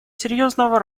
серьезного